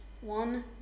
One